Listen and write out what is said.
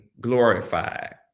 glorified